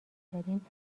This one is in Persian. داریم